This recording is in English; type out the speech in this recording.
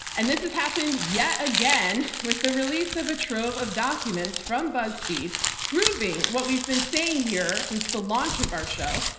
and this has happened yet again with the release of a trove of documents from buzzfeed proving what we've been saying here since the launch of our show,